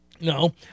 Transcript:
No